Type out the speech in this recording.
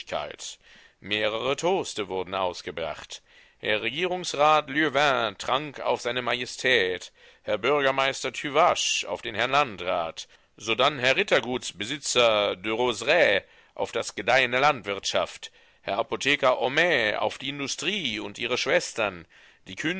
mehrere toaste wurden ausgebracht herr regierungsrat lieuvain trank auf seine majestät herr bürgermeister tüvache auf den herrn landrat sodann herr rittergutsbesitzer derozerays auf das gedeihen der landwirtschaft herr apotheker homais auf die industrie und ihre schwestern die